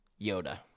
Yoda